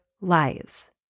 lies